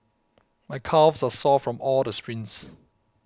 my calves are sore from all the sprints